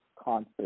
concert